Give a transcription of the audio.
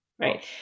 right